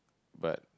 but